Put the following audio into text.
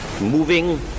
moving